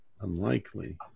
unlikely